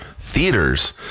theaters